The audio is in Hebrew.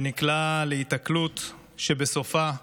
שנקלע להיתקלות ובסופה נפל,